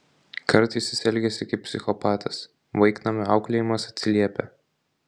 kartais jis elgiasi kaip psichopatas vaiknamio auklėjimas atsiliepia